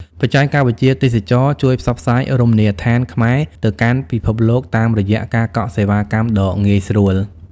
បច្ចេកវិទ្យាទេសចរណ៍ជួយផ្សព្វផ្សាយរមណីយដ្ឋានខ្មែរទៅកាន់ពិភពលោកតាមរយៈការកក់សេវាកម្មដ៏ងាយស្រួល។